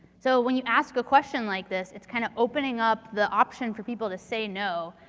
so when you ask a question like this, it's kind of opening up the option for people to say no,